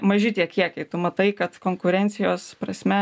maži tie kiekiai tu matai kad konkurencijos prasme